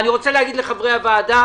אני רוצה להגיד לחברי הוועדה,